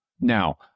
Now